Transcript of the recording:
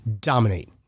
DOMINATE